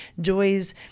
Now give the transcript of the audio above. Joy's